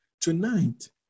Tonight